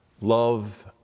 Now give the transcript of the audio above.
love